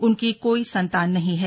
उनकी कोई संतान नहीं है